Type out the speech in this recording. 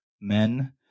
men